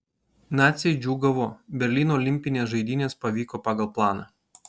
naciai džiūgavo berlyno olimpinės žaidynės pavyko pagal planą